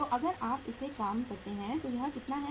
तो अगर आप इसे काम करते हैं तो यह कितना है